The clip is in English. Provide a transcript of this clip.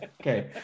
okay